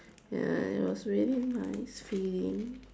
ya it was really nice feeling